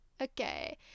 Okay